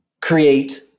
create